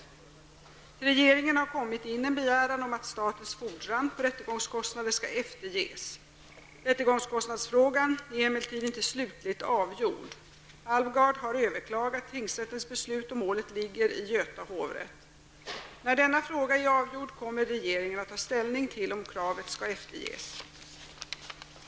Till regeringen har kommit in en begäran om att statens fordran på rättegångskostnader skall efterges. Rättegångskostnadsfrågan är emellertid inte slutligt avgjord. Alvgard har överklagat tingsrättens beslut och målet ligger i Göta hovrätt. När denna fråga är avgjord kommer regeringen att ta ställning till om kravet skall efterges.